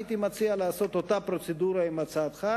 הייתי מציע לעשות את אותה פרוצדורה עם הצעתך,